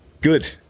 Good